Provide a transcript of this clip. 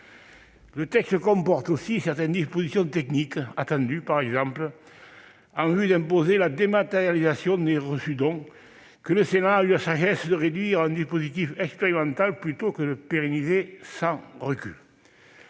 Le texte comporte aussi certaines dispositions techniques attendues, par exemple celle qui tend à imposer la dématérialisation des reçus-dons, que le Sénat a eu la sagesse de restreindre à un dispositif expérimental plutôt que de la pérenniser sans recul.